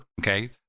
okay